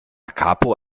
capo